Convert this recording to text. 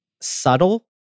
subtle